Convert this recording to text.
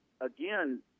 again